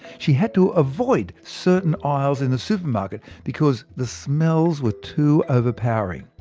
she had to avoid certain aisles in the supermarket because the smells were too overpowering.